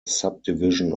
subdivision